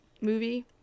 movie